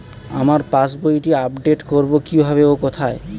আমার পাস বইটি আপ্ডেট কোরবো কীভাবে ও কোথায়?